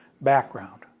background